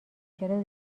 چرا